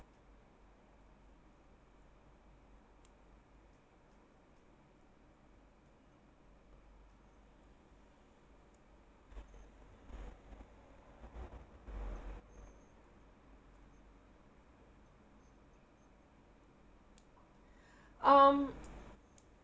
um